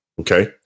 Okay